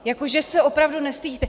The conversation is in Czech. Jako že se opravdu nestydíte.